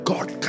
God